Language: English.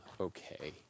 okay